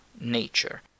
nature